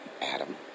Adam